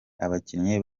abakinnyi